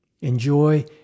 Enjoy